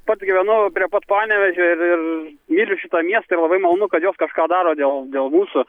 pats gyvenu prie pat panevėžio ir ir myliu šitą miestą ir labai malonu kad jos kažką daro dėl dėl mūsų